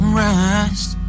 rest